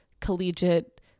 collegiate